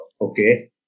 Okay